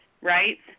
right